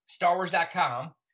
StarWars.com